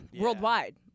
worldwide